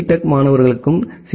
tech மாணவர்களுக்கும் C